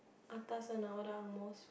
atas one ah all the angmohs